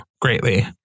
greatly